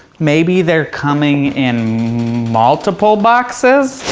maybe they're coming in multiple boxes?